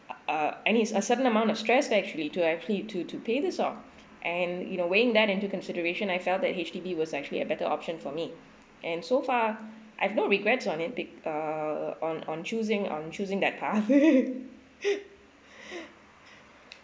ah I mean it's a certain amount of stress actually to actually to to pay this off and you know weighting that into consideration I felt that H_D_B was actually a better option for me and so far I have no regrets on it be~ err on on choosing on choosing that path